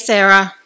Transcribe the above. Sarah